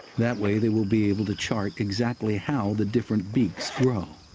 that way they will be able to chart exactly how the different beaks grow.